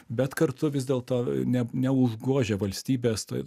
bet kartu vis dėlto ne neužgožia valstybės toj